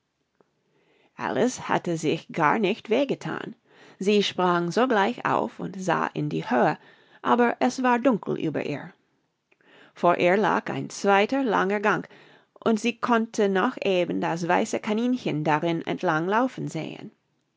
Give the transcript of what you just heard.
alice hatte sich gar nicht weh gethan sie sprang sogleich auf und sah in die höhe aber es war dunkel über ihr vor ihr lag ein zweiter langer gang und sie konnte noch eben das weiße kaninchen darin entlang laufen sehen